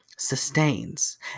sustains